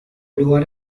lugar